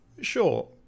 sure